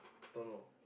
don't know